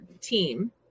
team